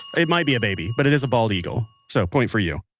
it might be a baby, but it is a bald eagle. so, a point for you